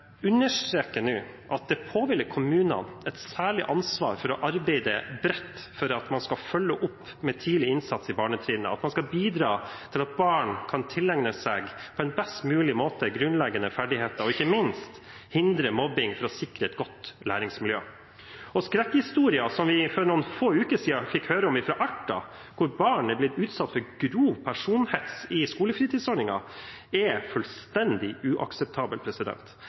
at det påhviler kommunene et særlig ansvar for å arbeide bredt for å følge opp med tidlig innsats i barnetrinnet, og at man skal bidra til at barn på en best mulig måte kan tilegne seg grunnleggende ferdigheter, og ikke minst hindre mobbing for å sikre et godt læringsmiljø. Skrekkhistorien som vi for noen få uker siden fikk høre om fra Alta, hvor barn er blitt utsatt for grov personhets i skolefritidsordningen, er fullstendig uakseptabel.